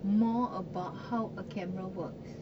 more about how a camera works